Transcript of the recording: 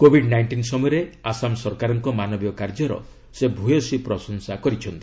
Covid nineteen ସମୟରେ ଆସାମ ସରକାରଙ୍କ ମାନବୀୟ କାର୍ଯ୍ୟର ସେ ଭ୍ରୟସୀ ପ୍ରଶଂସା କରିଛନ୍ତି